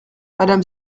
madame